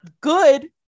good